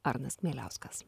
arnas kmieliauskas